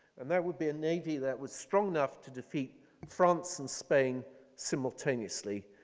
and that would be navy that was strong enough to defeat france and spain simultaneously.